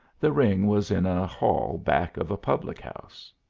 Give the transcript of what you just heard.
the ring was in a hall back of a public house.